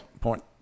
point